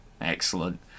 Excellent